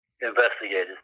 investigators